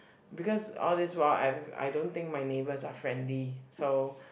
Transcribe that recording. because all these while I've I don't think my neighbours are friendly so